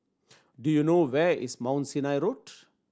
do you know where is Mount Sinai Road